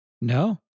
No